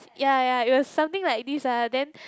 ya ya it was something like this ah and then